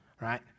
right